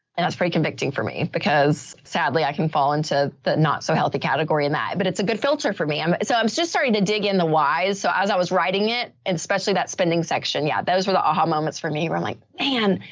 and that's pretty convicting for me because sadly i can fall into the, not so healthy category in that, but it's a good filter for me. i'm so i'm just starting to dig in the wise. so as i was writing it. and especially that spending section. yeah. those were the aha moments for me where i'm like, and